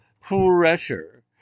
pressure